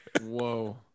Whoa